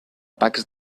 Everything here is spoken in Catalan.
pacs